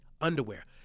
underwear